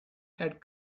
had